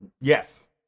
Yes